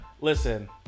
Listen